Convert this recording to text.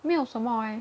没有什么 eh